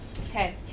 Okay